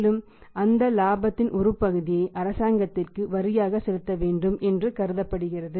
மேலும் அந்த இலாபத்தின் ஒரு பகுதியை அரசாங்கத்திற்கு வரியாக செலுத்த வேண்டும் என்று கருதப்படுகிறது